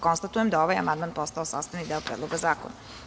Konstatujem da je ovaj amandman postavo sastavni deo Predloga zakona.